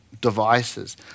devices